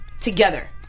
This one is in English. together